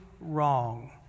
wrong